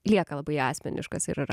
lieka labai asmeniškas ir yra